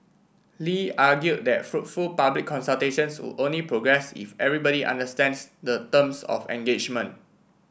Lee argued that fruitful public consultations would only progress if everybody understands the terms of engagement